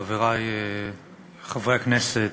חברי חברי הכנסת,